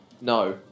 No